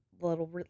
little